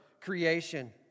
creation